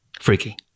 freaky